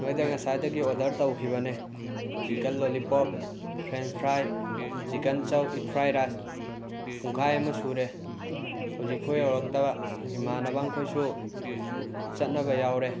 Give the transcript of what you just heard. ꯅꯣꯏꯗ ꯉꯁꯥꯏꯗꯒꯤ ꯑꯣꯗꯔ ꯇꯧꯈꯤꯕꯅꯦ chicken lollipop French fry chicken chow egg fried rice ꯄꯨꯡꯈꯥꯏ ꯑꯃ ꯁꯨꯔꯦ ꯍꯨꯖꯤꯛꯐꯥꯎ ꯌꯧꯔꯛꯇꯕ ꯏꯃꯥꯟꯅꯕ ꯑꯪꯈꯣꯏꯁꯨ ꯆꯠꯅꯕ ꯌꯥꯎꯔꯦ